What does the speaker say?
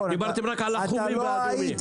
דיברתם רק על הלוחמים -- לא נכון, אתה לא היית.